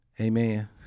Amen